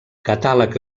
catàleg